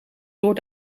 door